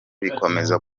bikomeza